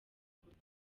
bikorwa